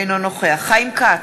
אינו נוכח חיים כץ,